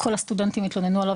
כל הסטודנטים התלוננו עליו,